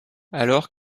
alors